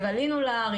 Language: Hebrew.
עלינו להר,